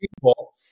people